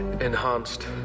enhanced